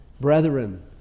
Brethren